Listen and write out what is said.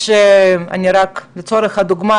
לצורך הדוגמה,